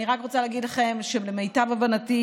אני רק רוצה להגיד לכם שלמיטב הבנתי,